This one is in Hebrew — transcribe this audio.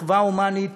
מחווה הומנית